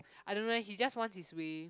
I don't know eh he just wants his way